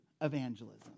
evangelism